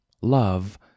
Love